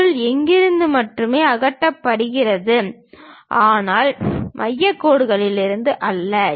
பொருள் இங்கிருந்து மட்டுமே அகற்றப்படுகிறது ஆனால் மையக் கோட்டிலிருந்து அல்ல